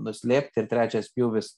nuslėpt ir trečias pjūvis